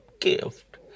gift